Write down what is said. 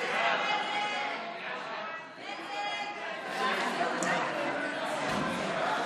להעביר לוועדה את הצעת חוק חובת שקיפות להסדר ניגוד